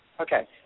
Okay